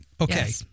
Okay